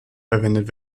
verwendet